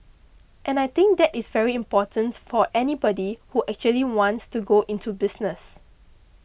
and I think that is very important for anybody who actually wants to go into business